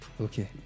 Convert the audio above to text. Okay